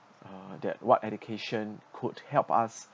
uh that what education could help us